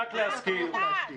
להזכיר.